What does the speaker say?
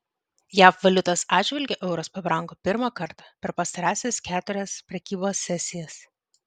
jav valiutos atžvilgiu euras pabrango pirmą kartą per pastarąsias keturias prekybos sesijas